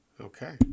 Okay